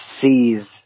sees